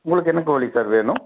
உங்களுக்கு என்ன கோழி சார் வேணும்